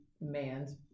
man's